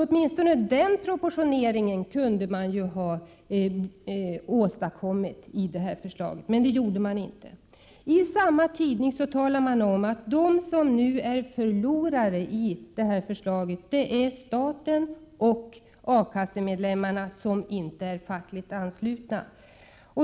Åtminstone den proportioneringen kunde man ha åstadkommit i detta förslag, men det gjorde man inte. I samma tidning talas det om att de som genom detta förslag blir förlorare är staten och de A-kassemedlemmar som inte är fackligt anslutna.